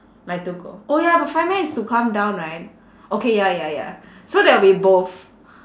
like to go oh ya but fireman is to come down right okay ya ya ya so there'll be both